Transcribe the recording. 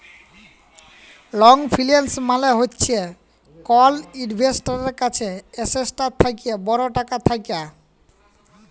long ফিল্যাল্স মালে হছে কল ইল্ভেস্টারের কাছে এসেটটার থ্যাকে বড় টাকা থ্যাকা